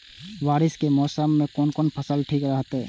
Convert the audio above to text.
बारिश के मौसम में कोन कोन फसल ठीक रहते?